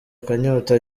akanyota